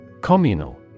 Communal